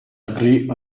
agree